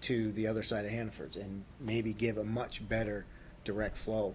to the other side hanford's and maybe give a much better direct f